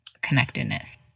connectedness